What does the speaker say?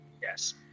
Yes